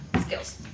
skills